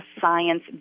science